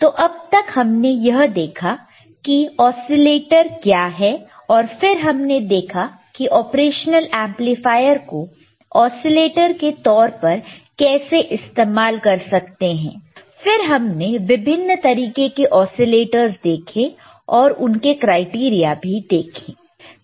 तो अब तक हमने यह देखा है कि ओसीलेटर क्या है और फिर हमने देखा कि ऑपरेशनल एमप्लीफायर को ओसीलेटर के तौर पर कैसे इस्तेमाल कर सकते हैं फिर हमने विभिन्न तरीके के ओसीलेटरस देखें और उनके क्राइटेरिया भी देखें है